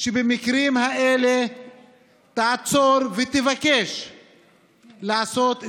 שבמקרים האלה תעצור ותבקש לעשות צדק,